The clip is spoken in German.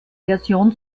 version